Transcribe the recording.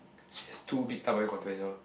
she has two big tupperware container